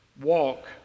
walk